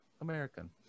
American